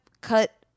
cut